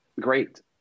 great